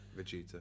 Vegeta